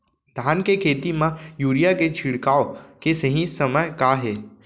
धान के खेती मा यूरिया के छिड़काओ के सही समय का हे?